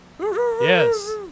Yes